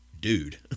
dude